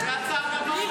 זה הרי הצעד הבא.